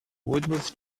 woodworth